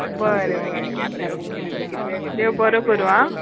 बरें बरें बरें ओके देव बरो करूं आ